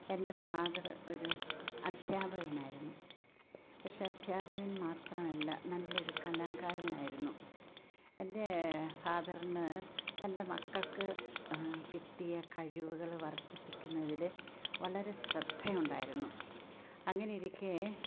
എൻ്റെ ഫാദറ് ഒരു അദ്ധ്യാപകനായിരുന്നു പക്ഷേ അദ്ധ്യാപകൻ മാത്രമല്ല നല്ലൊരു കലാകാരനായിരുന്നു എൻ്റെ ഫാദറിന് തൻ്റെ മക്കൾക്ക് കിട്ടിയ കഴിവുകൾ വർദ്ധിപ്പിക്കുന്നതില് വളരെ ശ്രദ്ധ ഉണ്ടായിരുന്നു അങ്ങനെയിരിക്കെ